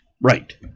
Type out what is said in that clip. Right